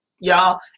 Y'all